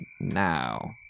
now